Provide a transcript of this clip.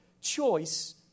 choice